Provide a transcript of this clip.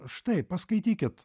štai paskaitykit